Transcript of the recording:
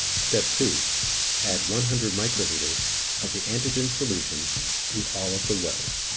step two add one hundred microliters of the antigen solution to all of the wells.